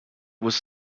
was